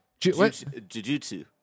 Jujutsu